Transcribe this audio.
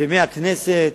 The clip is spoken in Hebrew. בימי הכנסת,